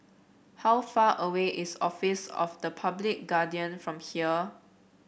how far away is Office of the Public Guardian from here